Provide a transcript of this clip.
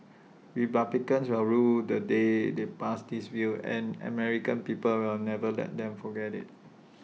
republicans will rue the day they passed this bill and American people will never let them forget IT